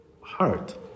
heart